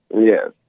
Yes